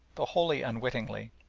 though wholly unwittingly,